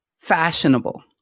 fashionable